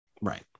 Right